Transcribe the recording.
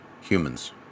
humans